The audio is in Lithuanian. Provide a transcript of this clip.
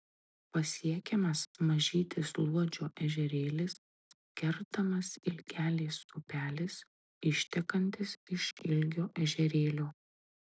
pasiekiamas mažytis luodžio ežerėlis kertamas ilgelės upelis ištekantis iš ilgio ežerėlio